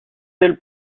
ailes